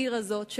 בעיר הזאת,